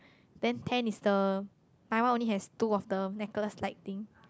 then ten is the my one only has two of the necklace like thing